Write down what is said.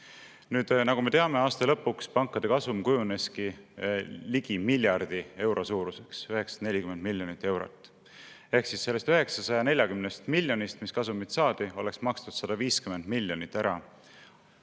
Nagu me teame, aasta lõpuks pankade kasum kujuneski ligi miljardi euro suuruseks, see oli 940 miljonit eurot. Ehk siis 940 miljonist, mis kasumit saadi, oleks makstud 150 miljonit ära